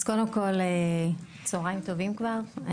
אז קודם כל צוהריים טובים כבר,